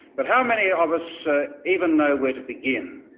but how many of us even know where to begin,